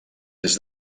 des